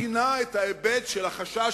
מקטינה את ההיבט של החשש,